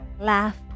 laugh